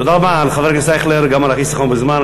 תודה רבה לחבר הכנסת מקלב, גם על החיסכון בזמן.